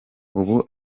ubu